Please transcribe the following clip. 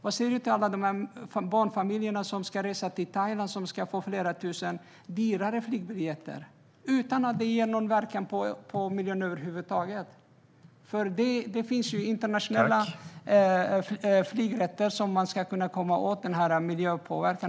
Vad säger du till barnfamiljerna som ska resa till Thailand som får flera tusen kronor dyrare flygbiljetter - utan att det ger någon verkan på miljön över huvud taget? Det finns ju internationella flygrätter som kan komma åt miljöpåverkan.